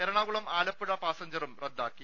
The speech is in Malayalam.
എറണാകുളം ആലപ്പുഴ പാസഞ്ചറും റദ്ദാക്കി